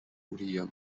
uriya